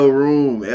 room